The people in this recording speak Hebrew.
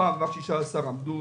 רק 16 עמדו